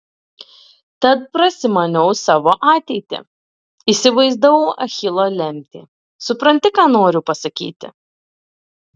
tad prasimaniau savo ateitį įsivaizdavau achilo lemtį supranti ką noriu pasakyti